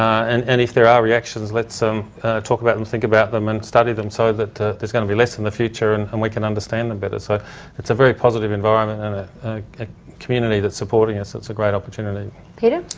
and and if there are reactions, let's um talk about them, think about them and study them so that there's going to be less in the future and and we can understand them better. so it's a very positive environment and a community that's supporting us. it's a great opportunity. geraldine peter?